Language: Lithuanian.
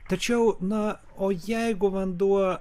tačiau na o jeigu vanduo